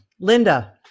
Linda